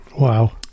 Wow